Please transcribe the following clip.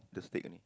just take only